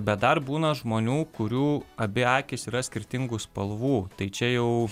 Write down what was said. bet dar būna žmonių kurių abi akys yra skirtingų spalvų tai čia jau